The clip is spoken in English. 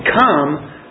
come